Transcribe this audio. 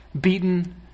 beaten